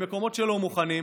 במקומות שלא מוכנים,